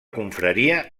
confraria